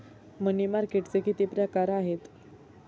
मनी मार्केटचे किती प्रकार आहेत?